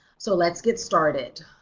so let's get started.